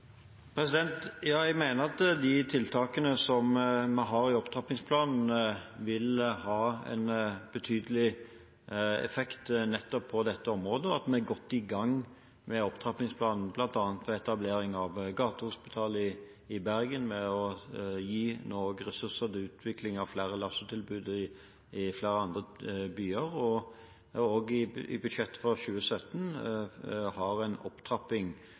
Ja, jeg mener at de tiltakene som vi har i opptrappingsplanen, vil ha en betydelig effekt nettopp på dette området. Vi er godt i gang med opptrappingsplanen, bl.a. ved etablering av gatehospital i Bergen, ved nå å gi ressurser til utvikling av LASSO-tilbud også i flere andre byer, og ved at vi i budsjettet for 2017 har en opptrapping